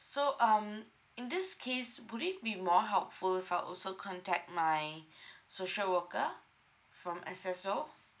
so um in this case would it be more helpful if I also contact my social worker from S_S_O